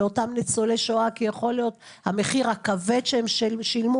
לאותם ניצולי שואה כי יכול להיות שהמחיר הכבד שהם שילמו,